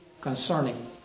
concerning